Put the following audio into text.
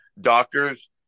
doctors